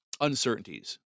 uncertainties